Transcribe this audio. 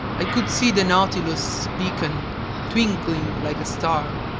i could see the nautilus's beacon twinkling like a star.